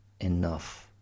enough